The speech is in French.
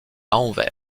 anvers